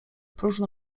próżno